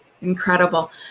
Incredible